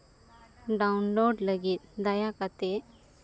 download ᱞᱟᱹᱜᱤᱫ ᱫᱟᱭᱟ ᱠᱟᱛᱮᱫ